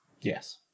Yes